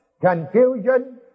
confusion